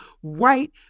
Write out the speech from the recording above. white